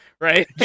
right